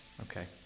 Okay